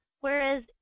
whereas